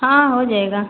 हाँ हो जाएगा